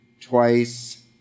twice